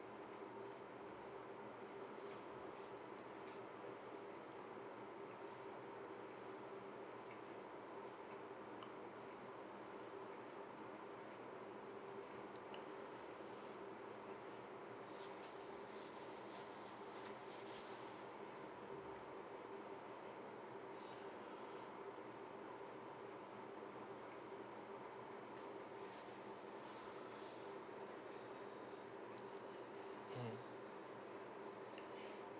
mm